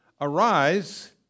Arise